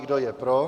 Kdo je pro?